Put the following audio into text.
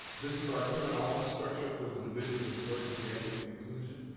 this is our current office structure for the division of diversity, equity, and inclusion.